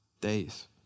days